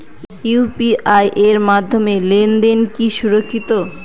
UPI এর মাধ্যমে লেনদেন কি সুরক্ষিত?